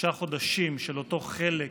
בתשעה חודשים של אותו חלק